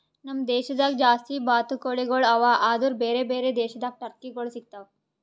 ನಮ್ ದೇಶದಾಗ್ ಜಾಸ್ತಿ ಬಾತುಕೋಳಿಗೊಳ್ ಅವಾ ಆದುರ್ ಬೇರೆ ಬೇರೆ ದೇಶದಾಗ್ ಟರ್ಕಿಗೊಳ್ ಸಿಗತಾವ್